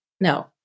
no